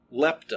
lepta